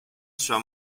sua